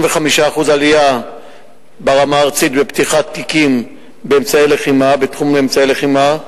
25% עלייה ברמה הארצית בפתיחת תיקים בתחום אמצעי לחימה,